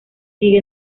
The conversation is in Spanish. sigue